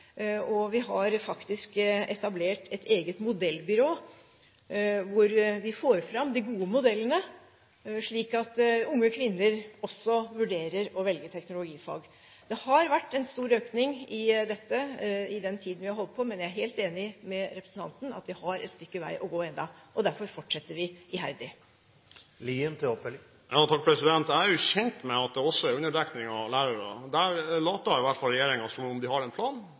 og vi har etablert et eget modellbyrå hvor vi får fram de gode modellene, slik at unge kvinner også vurderer å velge teknologifag. Det har vært en stor økning på dette området i den tiden vi har holdt på, men jeg er helt enig med representanten i at vi har et stykke vei å gå ennå, og derfor fortsetter vi iherdig. Jeg er kjent med at det også er underdekning av lærere. Der later i hvert fall regjeringen som om den har en plan,